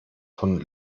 von